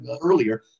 earlier